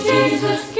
Jesus